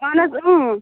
اَہَن حظ